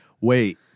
Wait